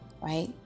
right